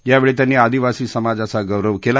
यावेळी त्यांनी आदीवासी समाजाचा गौरव केला